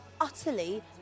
utterly